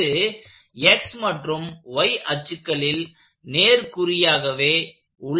இது x மற்றும் y அச்சுக்களில் நேர்க்குறியாகவே உள்ளது